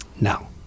Now